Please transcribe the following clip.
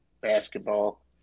basketball